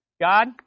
god